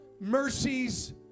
mercies